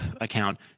account